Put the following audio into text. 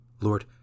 Lord